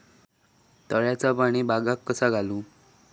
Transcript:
तळ्याचा पाणी बागाक कसा घालू?